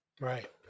Right